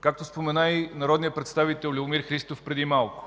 Както спомена и народният представител Любомир Христов преди малко,